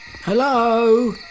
Hello